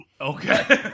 Okay